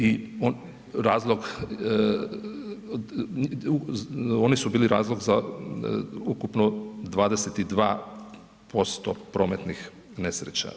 I razlog, oni su bili razlog za ukupno 22% prometnih nesreća.